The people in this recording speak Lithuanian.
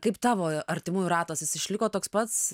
kaip tavo artimųjų ratas jis išliko toks pats